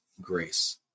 grace